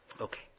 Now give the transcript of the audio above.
Okay